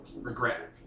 regret